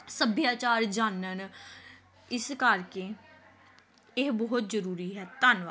ਸੱਭਿਆਚਾਰ ਜਾਨਣ ਇਸ ਕਰਕੇ ਇਹ ਬਹੁਤ ਜ਼ਰੂਰੀ ਹੈ ਧੰਨ